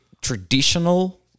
traditional